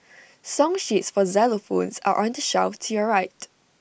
song sheets for xylophones are on the shelf to your right